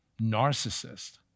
narcissist